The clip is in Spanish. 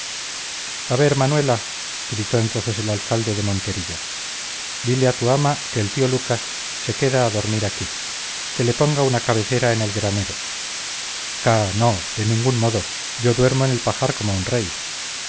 a ver manuela gritó entonces el alcalde de monterilla dile a tu ama que el tío lucas se queda a dormir aquí que le ponga una cabecera en el granero ca no de ningún modo yo duermo en el pajar como un rey